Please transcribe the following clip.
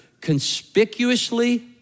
Conspicuously